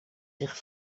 zich